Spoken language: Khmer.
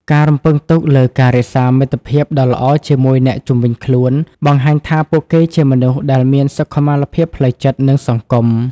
ការរំពឹងទុកលើ "ការរក្សាមិត្តភាពដ៏ល្អជាមួយអ្នកជុំវិញខ្លួន" បង្ហាញថាពួកគេជាមនុស្សដែលមានសុខុមាលភាពផ្លូវចិត្ត និងសង្គម។